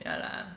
ya lah